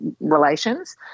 relations